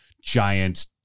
giant